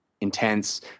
Intense